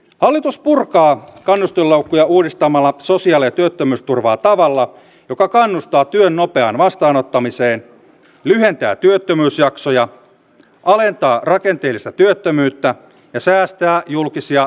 hallitus purkaa kannustinloukkuja uudistamalla sosiaali ja työttömyysturvaa tavalla joka kannustaa työn nopeaan vastaanottamiseen lyhentää työttömyysjaksoja alentaa rakenteellista työttömyyttä ja säästää julkisia voimavaroja